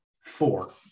four